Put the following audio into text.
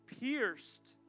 pierced